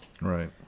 Right